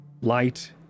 light